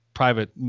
private